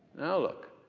now look.